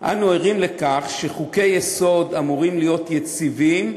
שחוקי-יסוד אמורים להיות יציבים,